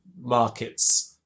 Markets